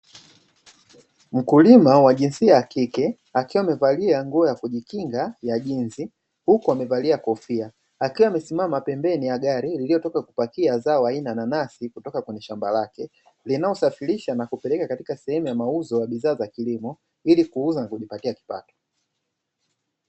Mkulima wa jinsia ya kike akiwa amevalia nguo ya kujikinga ya jinsi huku amevalia kofia akiwa amesimama pembeni ya gari iliotoka kupakia zao aina ya nanasi, kutoka kwenye shamba lake linaosafirisha na kupeleka katika sehemu ya mauzo ya bidhaa za kilimo ili kuuza na kujipatia kipato.